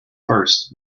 first